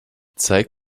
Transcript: zeig